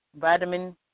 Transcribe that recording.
vitamin